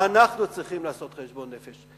אנחנו צריכים לעשות חשבון נפש.